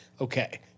Okay